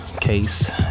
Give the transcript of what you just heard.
case